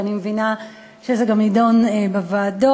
ואני מבינה שזה גם נדון בוועדות,